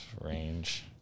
range